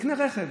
יקנה רכב?